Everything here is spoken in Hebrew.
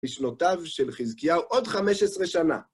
בשנותיו של חזקיהו, עוד חמש עשרה שנה.